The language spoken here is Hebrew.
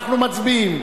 אנחנו מצביעים.